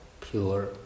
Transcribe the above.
pure